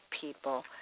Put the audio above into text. people